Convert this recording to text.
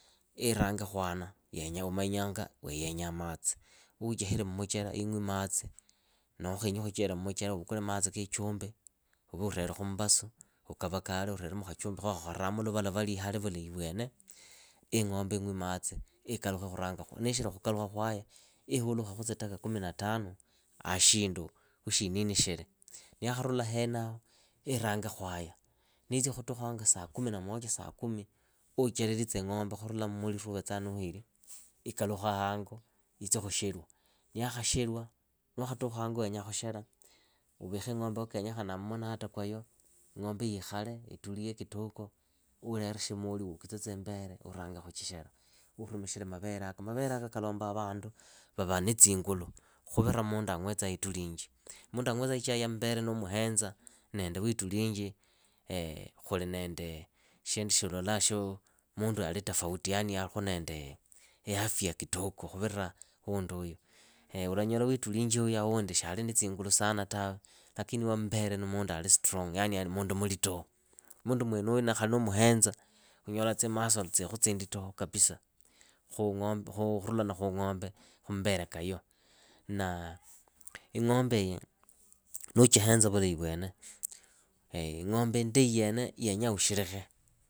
Iirange khwana, imanyanga yenyaa matsi. Uuchihire muchera iing'wi matsi noho nuukhenyi khuchihira muchera uvukule matsi kiichumbi uve urele khummbasu ukavakale urele khachumbi khokho khakholamu luvalavali ihale vulahi vyene, ii ing'ombe ing'wi matsi. iikalukhe khuranga khu nishili khuranga khwaya. ihulukhe khu tsitaka kumi na tano hashindu wa shinini shili. Niyakharula henaho iirange khwaya, niitsya khutukha wanga saa kumi na mocha saa kumi, uchelelitse ing'ombe khurula mmuliru wuuvetsaa nuuhili, ikalukhe hango, itsi khusherwa. Niyaakhashelwa. niwaakhatukha hango wenyaa khushera. uvikhe ing'ombe wa kenyekhanaa munata kwa yo. yiikhale itulie kitoko. uulere shimoli wookitse tsimbere uurange khuchishela. Urumikhile maveleako, maveleako kalombaa vandu vava na tsingulu khuvira mundu ang'wetsaa itulinji. Mundu ang'wetsaa ichai ya mbele nuumuhenza nende wiitulunji alikhu niiafya kitoko khuvira wundiuyu, ulanyola wiitulunjiuyu shiali na tsingulu sana tawe, lakini wa mbele ni mundu ali strong yani mundu mulitoho. Mundu mwenuyu khaki nuumuhenza unyolaa tsimaso tsilikhu tsinditoho kapisa khurulana khuung'ombe na mbele ka yo. Na ing'ombeiyi nuuchihenza vulahi vyenye, ing'ombe indahi yenyaa ushelekhe